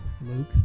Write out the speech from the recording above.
Luke